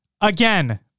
Again